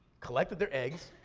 collected their eggs,